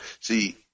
see